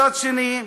מצד שני,